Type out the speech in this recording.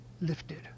lifted